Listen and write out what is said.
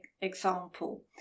example